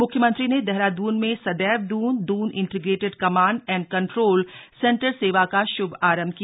मुख्यमंत्री ने देहरादून में सदैव Doon Doon integrated command and control centre सेवा का श्भारम्भ किया